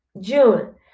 june